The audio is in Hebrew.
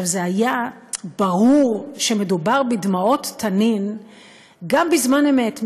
היה ברור שמדובר בדמעות תנין גם בזמן אמת,